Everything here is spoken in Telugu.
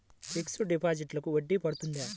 ఫిక్సడ్ డిపాజిట్లకు వడ్డీ పడుతుందా?